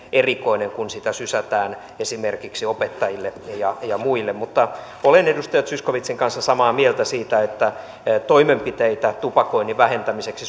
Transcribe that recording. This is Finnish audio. erikoinen kun sitä sysätään esimerkiksi opettajille ja ja muille mutta olen edustaja zyskowiczin kanssa samaa mieltä siitä että toimenpiteitä tupakoinnin vähentämiseksi